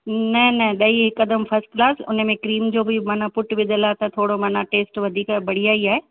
न न ॾई हिकदमि फ़र्स्ट क्लास उनमें क्रीम जो बि मना फ़ुट विधल आहे त थोरो मना टेस्ट वधीक बढ़िया ई आहे